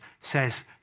says